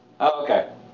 Okay